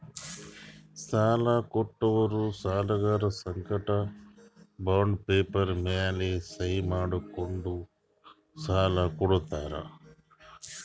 ಸಾಲ ಕೊಡೋರು ಸಾಲ್ಗರರ್ ಸಂಗಟ ಬಾಂಡ್ ಪೇಪರ್ ಮ್ಯಾಲ್ ಸೈನ್ ಮಾಡ್ಸ್ಕೊಂಡು ಸಾಲ ಕೊಡ್ತಾರ್